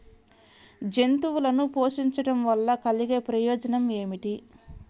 జంతువులను పోషించడం వల్ల కలిగే ప్రయోజనం ఏమిటీ?